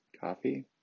coffee